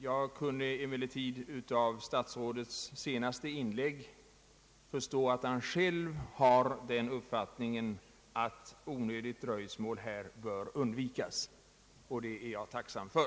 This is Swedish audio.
Jag kunde emellertid av statsrådets senaste inlägg förstå, att han själv har den uppfattningen att onödigt dröjsmål här bör undvikas. Det är jag tacksam för.